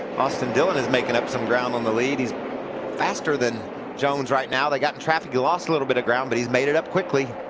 austin dillon is making up some ground on the lead. he's faster than jones right now. they got in traffic, he lost a little bit of ground but made it up quickly.